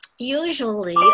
Usually